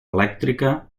elèctrica